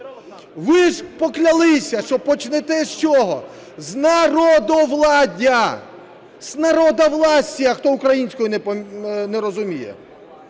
Ви ж поклялися, що почнете з чого – з народовладдя, з народовластия, хто українською не розуміє.